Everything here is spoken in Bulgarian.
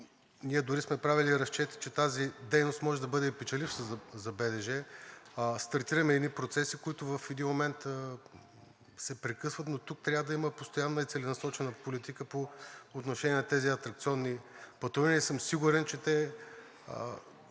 ние дори сме правили разчети, че тази дейност може да е печеливша за БДЖ, а стартираме едни процеси, които в един момент се прекъсват, но тук трябва да има постоянна и целенасочена политика по отношение на тези атракционни пътувания